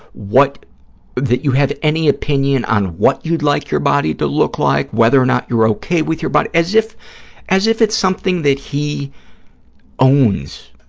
that you have any opinion on what you'd like your body to look like, whether or not you're okay with your body, as if as if it's something that he owns,